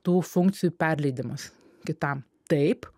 tų funkcijų perleidimas kitam taip